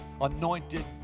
anointed